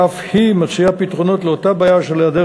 שאף היא מציעה את אותם פתרונות לאותה בעיה של היעדר